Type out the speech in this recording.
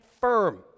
firm